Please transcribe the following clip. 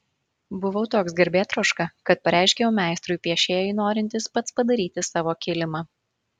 buvau toks garbėtroška kad pareiškiau meistrui piešėjui norintis pats padaryti savo kilimą